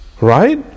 right